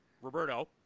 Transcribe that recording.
Roberto